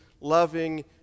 loving